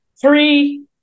three